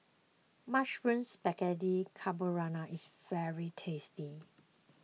Mushroom Spaghetti Carbonara is very tasty